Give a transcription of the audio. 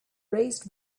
raised